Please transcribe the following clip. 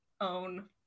own